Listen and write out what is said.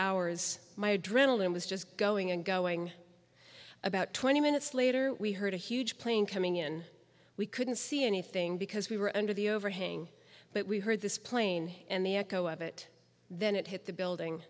hours my adrenaline was just going and going about twenty minutes later we heard a huge plane coming in we couldn't see anything because we were under the overhang but we heard this plane and the echo of it then it hit the building